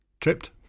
tripped